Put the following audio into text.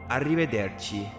Arrivederci